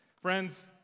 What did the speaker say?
Friends